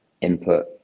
input